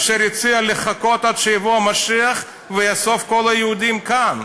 אשר הציע לחכות עד שיבוא המשיח ויאסוף את כל היהודים לכאן.